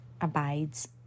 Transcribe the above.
abides